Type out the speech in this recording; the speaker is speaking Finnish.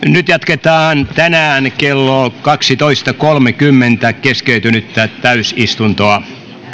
nyt jatketaan tänään kello kaksitoista kolmekymmentä keskeytynyttä täysistuntoa